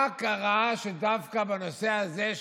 מה קרה שדווקא בנושא הזה,